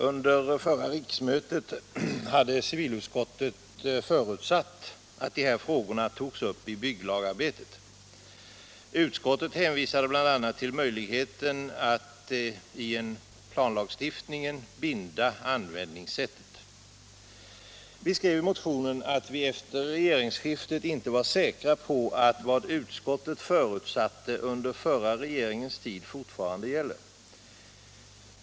Under förra riksmötet förutsatte civilutskottet att de här frågorna skulle tas upp i bygglagarbetet — utskottet hänvisade bl.a. till möjligheten att i en planlagstiftning binda användningssättet. Vi skrev i motionen att vi efter regeringsskiftet inte var säkra på att vad utskottet förutsatte under den förra regeringens tid fortfarande gällde.